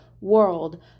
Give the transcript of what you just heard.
world